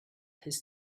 his